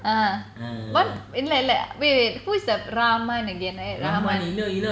ah what இல்ல இல்ல:illa illa wait wait wait who is the Raman again right Raman